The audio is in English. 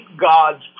God's